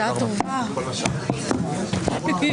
הישיבה ננעלה בשעה 14:03.